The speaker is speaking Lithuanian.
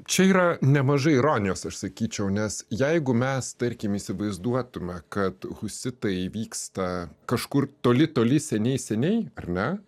čia yra nemažai ironijos aš sakyčiau nes jeigu mes tarkim įsivaizduotume kad husitai vyksta kažkur toli toli seniai seniai ar ne